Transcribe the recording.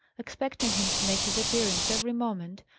expecting him to make his appearance every moment,